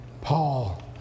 Paul